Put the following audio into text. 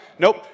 Nope